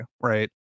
right